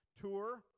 tour